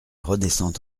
redescend